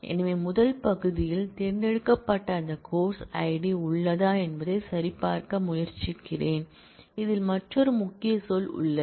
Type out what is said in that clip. எனவே முதல் பகுதியில் தேர்ந்தெடுக்கப்பட்ட அந்த கோர்ஸ் ஐடி உள்ளதா என்பதை சரிபார்க்க முயற்சிக்கிறேன் இதில் மற்றொரு முக்கிய சொல் உள்ளது